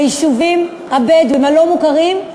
ביישובים הבדואיים הלא-מוכרים,